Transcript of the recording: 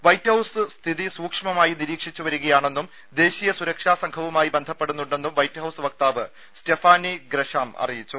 white House സ്ഥിതി സൂക്ഷ്മമായി നിരീക്ഷിച്ചുവരികയാണെന്നും ദേശീയ സുരക്ഷാ സംഘവുമായി ബന്ധപ്പെടുന്നുണ്ടെന്നും വൈറ്റ്ഹൌസ് വക്താവ് സ്റ്റെഫാനി ഗ്രഷാം അറിയിച്ചു